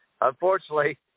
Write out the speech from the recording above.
unfortunately